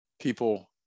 people